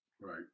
right